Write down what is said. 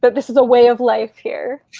but this is a way of life here.